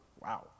Wow